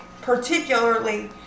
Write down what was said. particularly